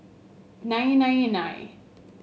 nine nine nine